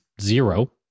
zero